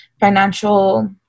financial